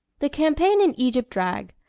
the campaign in egypt dragged,